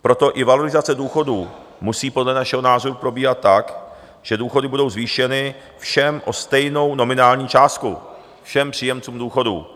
Proto i valorizace důchodů musí podle našeho názoru probíhat tak, že důchody budou zvýšeny všem o stejnou nominální částku, všem příjemcům důchodů.